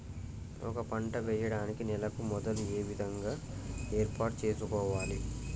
ఒక పంట వెయ్యడానికి నేలను మొదలు ఏ విధంగా ఏర్పాటు చేసుకోవాలి?